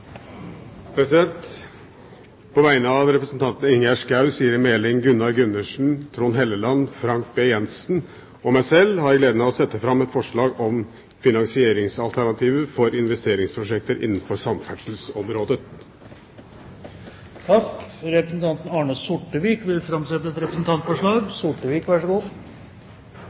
representantforslag. På vegne av representantene Ingjerd Schou, Siri A. Meling, Gunnar Gundersen, Trond Helleland, Frank Bakke Jensen og meg selv har jeg gleden av å sette fram et forslag om finansieringsalternativer for investeringsprosjekter innenfor samferdselsområdet. Representanten Arne Sortevik vil framsette et representantforslag.